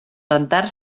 rentar